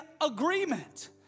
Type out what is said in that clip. agreement